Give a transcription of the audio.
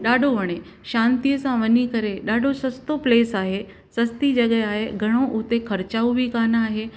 ॾाढो वणे शांतिअ सां वञी करे ॾाढो सस्तो प्लेस आहे सस्ती जॻह आहे घणो उते ख़र्चो बि कोन्ह आहे